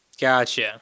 Gotcha